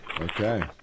Okay